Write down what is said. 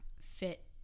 fit